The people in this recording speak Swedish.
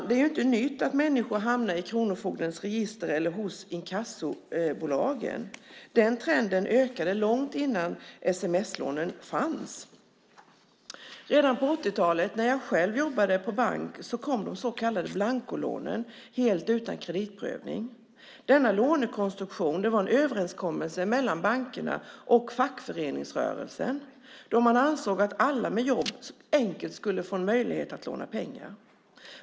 Det är inte nytt att människor hamnar i kronofogdens register eller hos inkassobolagen. Den trenden ökade långt innan sms-lånen fanns. Redan på 80-talet när jag själv jobbade på bank kom de så kallade blankolånen helt utan kreditprövning. Denna lånekonstruktion var en överenskommelse mellan bankerna och fackföreningsrörelsen, då man ansåg att alla med jobb enkelt skulle få en möjlighet att låna pengar.